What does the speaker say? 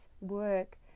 work